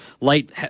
light